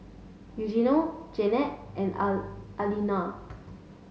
Eugenio Jeannette and Alaina